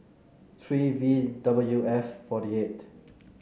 three V W F forty eight